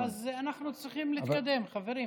אוקיי, אז אנחנו צריכים להתקדם, חברים.